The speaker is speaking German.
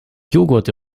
joghurt